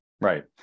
Right